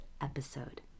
episode